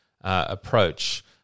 approach